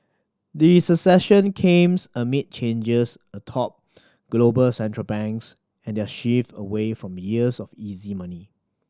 the succession comes amid changes atop global Central Banks and their shift away from years of easy money